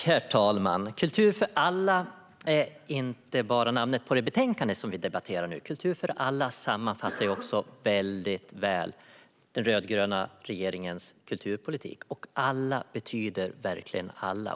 Herr talman! Kultur för alla är inte bara namnet på det betänkande som vi debatterar nu. Kultur för alla sammanfattar också väldigt väl den rödgröna regeringens kulturpolitik. "Alla" betyder verkligen alla.